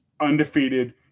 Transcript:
undefeated